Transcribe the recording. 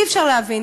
אי-אפשר להבין.